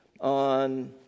on